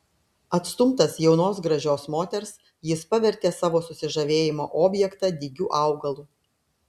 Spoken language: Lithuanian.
atstumtas jaunos gražios moters jis pavertė savo susižavėjimo objektą dygiu augalu